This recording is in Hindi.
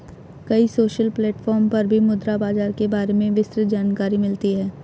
कई सोशल प्लेटफ़ॉर्म पर भी मुद्रा बाजार के बारे में विस्तृत जानकरी मिलती है